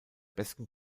besten